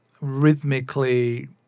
rhythmically